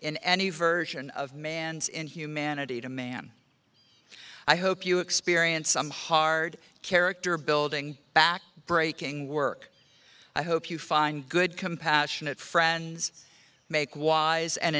in any version of man's inhumanity to man i hope you experience some hard character building back breaking work i hope you find good compassionate friends make wise and